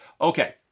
Okay